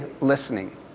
listening